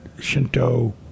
Shinto